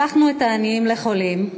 הפכנו את העניים לחולים,